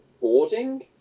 Boarding